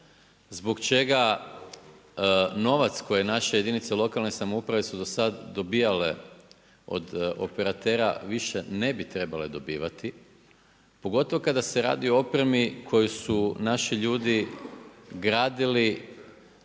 Zbog čega novac koje naše jedinice lokalne samouprave su do sad dobivale od operatera više ne bi trebale dobivati. Pogotovo kada se radi o opremi koju su naši ljudi gradili